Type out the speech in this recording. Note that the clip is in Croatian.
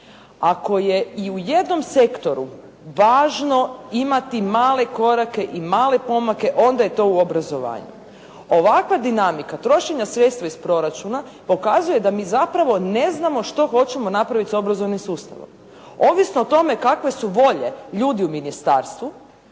ako je i u jednom sektoru važno imati male korake i male pomake onda je to u obrazovanju. Ovakva dinamika trošenja sredstva iz proračuna pokazuje da mi zapravo ne znamo što hoćemo napraviti s obrazovnim sustavom? Ovisno o tome kakve su volje ljudi u Ministarstvu